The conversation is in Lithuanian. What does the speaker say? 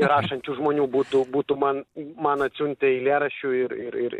rašančių žmonių būtų būtų man man atsiuntę eilėraščių ir ir ir